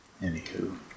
Anywho